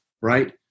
right